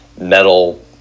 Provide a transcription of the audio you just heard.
metal